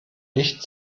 nicht